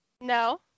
No